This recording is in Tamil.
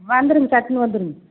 வந்துடுங்க சட்டுன்னு வந்துடுங்க